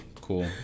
Cool